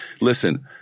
listen